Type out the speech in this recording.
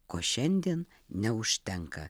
ko šiandien neužtenka